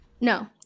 No